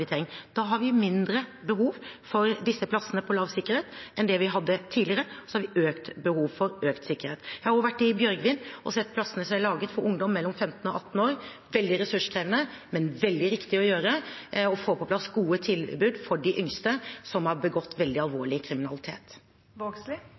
Da har vi mindre behov for plassene på lav sikkerhet enn det vi hadde tidligere, og så har vi økt behov for økt sikkerhet. Jeg har også vært i Bjørgvin og sett plassene som er laget for ungdom mellom 15 år og 18 år. Det er veldig ressurskrevende, men veldig riktig å gjøre, å få på plass gode tilbud for de yngste som har begått veldig